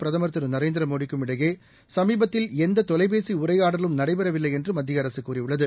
பிரதமர் திரு நரேந்திரமோடிக்கும் இடையேசமீபத்தில் எந்ததொலைபேசிஉரையாடலும் நடைபெறவில்லைஎன்றுமத்தியஅரசுகூறியுள்ளது